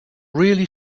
really